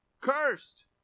cursed